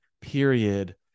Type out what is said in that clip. period